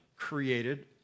created